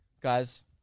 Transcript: guys